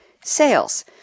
Sales